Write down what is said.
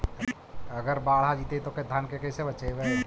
अगर बाढ़ आ जितै तो धान के कैसे बचइबै?